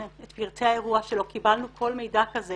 את פרטי האירוע שלא קיבלנו כל מידע כזה